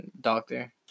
doctor